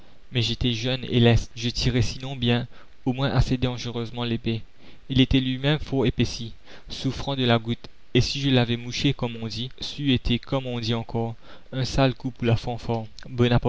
mais j'étais jeune et leste je tirais sinon bien au moins assez dangereusement l'épée il était luimême fort épaissi souffrant de la goutte et si je l'avais mouché comme on dit c'eût été comme on dit encore un sale coup pour la fanfare